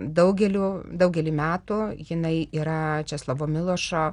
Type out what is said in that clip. daugeliu daugelį metų jinai yra česlovo milošo